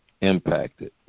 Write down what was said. impacted